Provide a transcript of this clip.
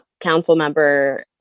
Councilmember